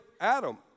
Adam